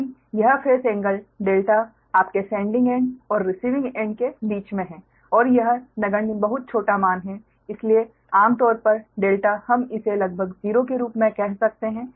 लेकिन यह phase angle δ आपके सेंडिंग एंड और रिसीविंग एंड के बीच में है और यह नगण्य बहुत छोटा मान है इसलिए आमतौर पर δ हम इसे लगभग '0' के रूप में कह सकते हैं